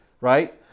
right